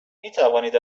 میتوانید